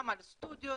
גם על סטודיו.